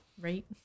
Right